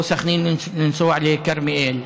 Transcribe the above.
או מסח'נין לנסוע לכרמיאל,